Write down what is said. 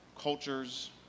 cultures